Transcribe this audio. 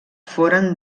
foren